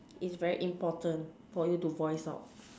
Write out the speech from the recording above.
it's very important for you to voice out